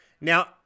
Now